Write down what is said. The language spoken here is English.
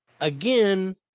again